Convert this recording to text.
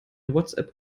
whatsapp